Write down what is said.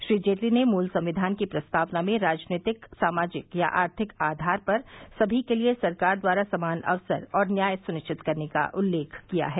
श्री जेटली ने मूल संविधान की प्रस्तावना में राजनीतिक सामाजिक या आर्थिक आधार पर सभी के लिए सरकार द्वारा समान अवसर और न्याय सुनिश्चित करने का उल्लेख किया है